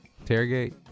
Interrogate